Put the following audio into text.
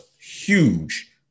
huge